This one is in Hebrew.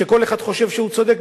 שכל אחד מהם חושב שהוא צודק,